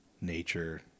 nature